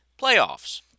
playoffs